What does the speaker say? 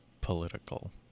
political